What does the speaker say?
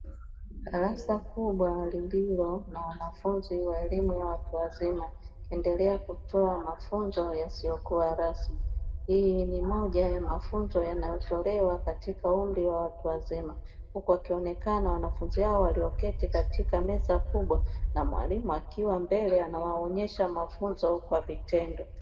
Darasa kubwa lililo na wanafunzi wa elimu ya watu wazima, likiendelea kutoa mafunzo yasiyokuwa rasmi, hii ni moja ya mafunzo yanayotolewa katika umri wa watu wazima huku wakionekana wanafunzi hao walioketi katika meza kubwa na mwalimu akiwa mbele anawaonyesha mafunzo kwa vitendo.